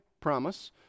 promise